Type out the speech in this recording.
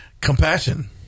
compassion